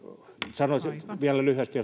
sanoisin vielä lyhyesti